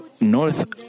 north